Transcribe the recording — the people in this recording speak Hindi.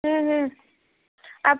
आप